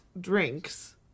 drinks